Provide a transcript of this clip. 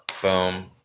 boom